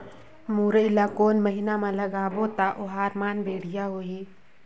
मुरई ला कोन महीना मा लगाबो ता ओहार मान बेडिया होही?